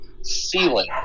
ceiling